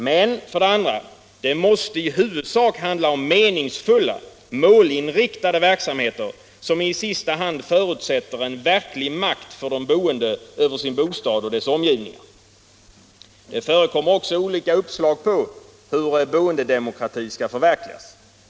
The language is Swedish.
Men - för det andra — det måste i huvudsak handla om meningsfulla, målinriktade verksamheter som i sista hand förutsätter en verklig makt för de boende över sin bostad och dess omgivningar. Det förekommer också olika uppslag om hur boendedemokratin skall förverkligas.